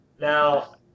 Now